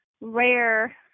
rare